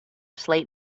slate